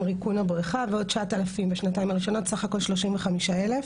ועוד 9,000 בשנתיים האחרות סך הכול 35 אלף.